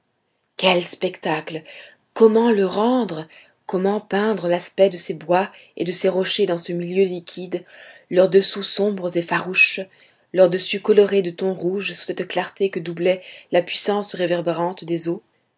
quel spectacle comment le rendre comment peindre l'aspect de ces bois et de ces rochers dans ce milieu liquide leurs dessous sombres et farouches leurs dessus colorés de tons rouges sous cette clarté que doublait la puissance réverbérante des eaux